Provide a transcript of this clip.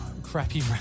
Crappy